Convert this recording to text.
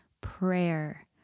prayer